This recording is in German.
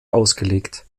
ausgelegt